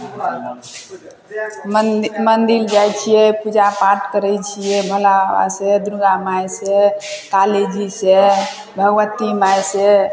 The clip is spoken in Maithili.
मन्दिर जाइ छियै पूजा पाठ करै छियै भोला बाबा से दुर्गा माइ से काली जी से भगवती माइ से